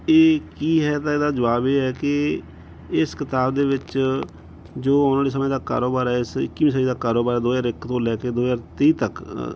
ਇਹ ਕੀ ਹੈ ਤਾਂ ਇਹਦਾ ਜਵਾਬ ਇਹ ਹੈ ਕਿ ਇਸ ਕਿਤਾਬ ਦੇ ਵਿੱਚ ਜੋ ਆਉਣ ਵਾਲੇ ਸਮੇਂ ਦਾ ਕਾਰੋਬਾਰ ਹੈ ਇਸ ਇੱਕੀਵੀਂ ਸਦੀ ਦਾ ਕਾਰੋਬਾਰ ਹੈ ਦੋ ਹਜ਼ਾਰ ਇੱਕ ਤੋਂ ਲੈ ਕੇ ਦੋ ਹਜ਼ਾਰ ਤੀਹ ਤੱਕ